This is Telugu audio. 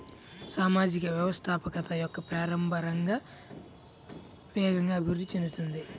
సామాజిక వ్యవస్థాపకత యొక్క ప్రారంభ రంగం వేగంగా అభివృద్ధి చెందుతోంది